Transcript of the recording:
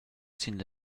sin